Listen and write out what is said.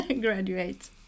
graduate